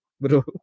bro